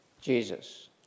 Jesus